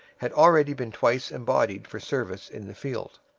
had already been twice embodied for service in the field.